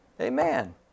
Amen